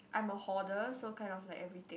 I'm a hoarder so kind of like everything